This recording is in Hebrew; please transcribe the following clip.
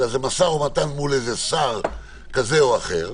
אלא זהו משא ומתן מול שר כזה או אחר,